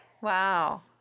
Wow